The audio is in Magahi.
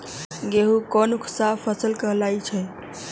गेहूँ कोन सा फसल कहलाई छई?